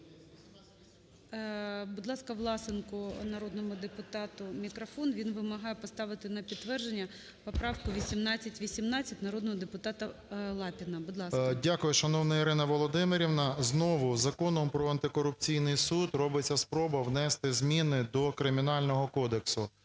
Дякую, шановна Ірина Володимирівна. Знову Законом про антикорупційний суд робиться спроба внести зміни до Кримінального кодексу.